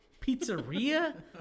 Pizzeria